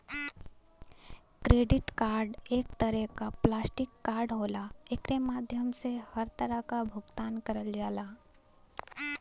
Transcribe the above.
credit card एक तरे क प्लास्टिक कार्ड होला एकरे माध्यम से हर तरह क भुगतान करल जाला